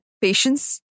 patience